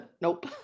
Nope